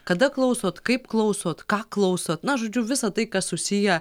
kada klausot kaip klausot ką klausot na žodžiu visa tai kas susiję